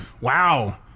Wow